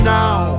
now